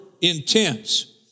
intense